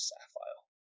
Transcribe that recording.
Sapphire